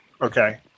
Okay